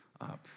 up